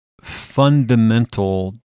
fundamental